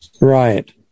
Right